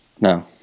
No